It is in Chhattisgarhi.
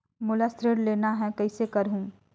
मोला ऋण लेना ह, कइसे करहुँ?